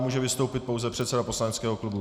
Může vystoupit pouze předseda poslaneckého klubu.